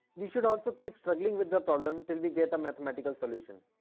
we should also keep struggling with the problem till we get a mathematical solution.